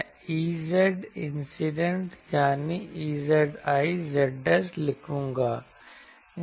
मैं Ez incident यानी Ez i z लिखूंगा